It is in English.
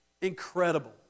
Incredible